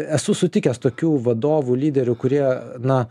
esu sutikęs tokių vadovų lyderių kurie na